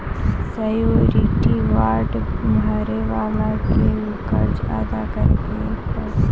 surety bond भरे वाला के ऊ कर्ज अदा करे पड़ी